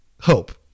Hope